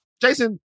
Jason